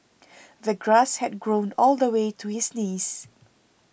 the grass had grown all the way to his knees